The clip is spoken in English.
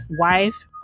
wife